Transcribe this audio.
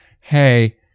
hey